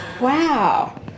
Wow